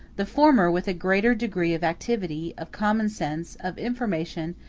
the former, with a greater degree of activity, of common-sense, of information,